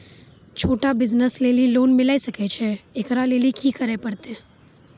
छोटा बिज़नस लेली लोन मिले सकय छै? एकरा लेली की करै परतै